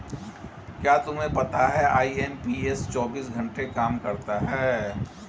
क्या तुम्हें पता है आई.एम.पी.एस चौबीस घंटे काम करता है